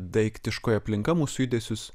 daiktiškoji aplinka mūsų judesius